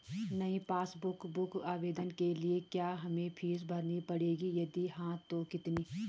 नयी passbook book आवेदन के लिए क्या हमें फीस भरनी पड़ेगी यदि हाँ तो कितनी?